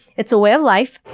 it's a way of life.